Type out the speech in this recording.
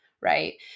right